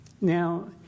Now